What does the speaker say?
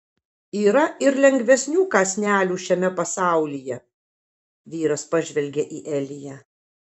yra ir lengvesnių kąsnelių šiame pasaulyje vyras pažvelgia į eliją